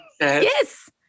Yes